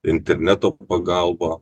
interneto pagalba